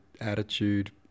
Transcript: attitude